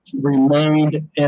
remained